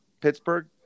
Pittsburgh